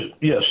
Yes